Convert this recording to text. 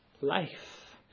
life